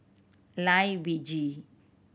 Lai Weijie